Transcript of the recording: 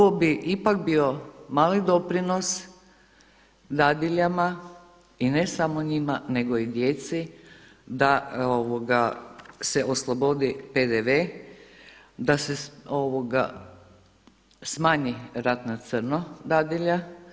Ovo bi ipak bio mali doprinos dadiljama i ne samo njima, nego i djeci da se oslobodi PDV, da se smanji rad na crno dadilja.